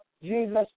Jesus